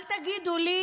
אל תגידו לי: